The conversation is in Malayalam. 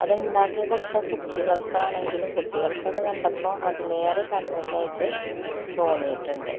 അത് ഉണ്ടാക്കി കൊടുത്ത കുട്ടികൾക്കാണെങ്കിലും കുട്ടികൾക്കത് കണ്ടപ്പോൾ അതിലേറെ സന്തോഷമായിട്ട് തോന്നിയിട്ടുണ്ട്